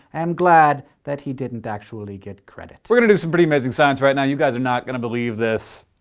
am glad that he didn't actually get credit. we're gonna do some pretty amazing science right now. you guys are not going to believe this.